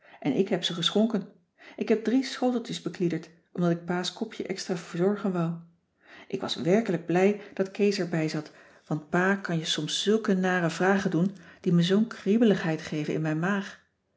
en ik heb ze geschonken ik heb drie schoteljes bekliederd omdat ik pa's kopje extra verzorgen wou ik was werkelijk blij dat kees erbij zat want pa kan cissy van marxveldt de h b s tijd van joop ter heul je soms zulke nare vragen doen die me zoo'n kriebeligheid geven in mijn maag